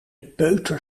peuter